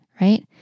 right